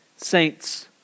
Saints